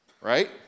right